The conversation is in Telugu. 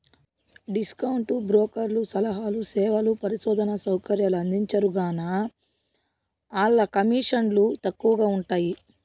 డిస్కౌంటు బ్రోకర్లు సలహాలు, సేవలు, పరిశోధనా సౌకర్యాలు అందించరుగాన, ఆల్ల కమీసన్లు తక్కవగా ఉంటయ్యి